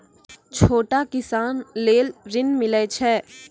छोटा किसान लेल ॠन मिलय छै?